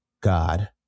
God